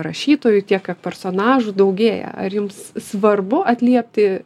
rašytojų tiek personažų daugėja ar jums svarbu atliepti